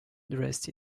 dressed